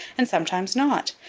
and sometimes not.